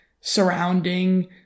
surrounding